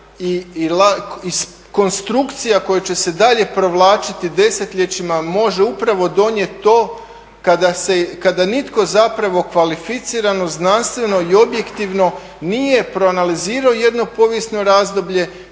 i konstrukcija koje će se dalje provlačiti desetljećima može upravo donijeti to kada nitko zapravo kvalificirano, znanstveno i objektivno nije proanalizirao jedno povijesno razdoblje,